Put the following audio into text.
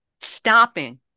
stopping